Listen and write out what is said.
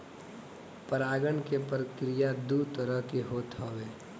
परागण के प्रक्रिया दू तरह से होत हवे